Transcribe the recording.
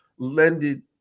lended